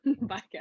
bye